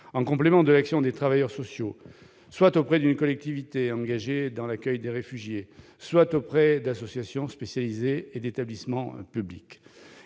en complément de l'action des travailleurs sociaux, soit auprès d'une collectivité engagée dans l'accueil de réfugiés, soit auprès d'associations spécialisées et d'établissements publics.